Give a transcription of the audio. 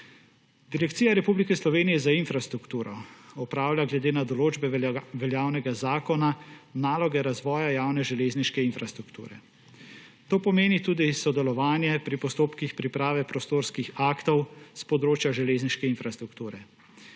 Direkcija Republike Slovenije za infrastrukturo opravlja glede na določbe veljavnega zakona naloge razvoja javne železniške infrastrukture. To pomeni tudi sodelovanje pri postopkih priprave prostorskih aktov s področja železniške infrastrukture.